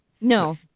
No